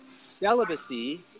Celibacy